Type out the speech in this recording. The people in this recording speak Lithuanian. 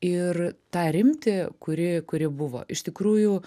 ir tą rimtį kuri kuri buvo iš tikrųjų